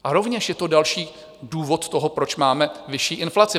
A rovněž je to další důvod toho, proč máme vyšší inflaci.